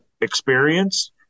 experience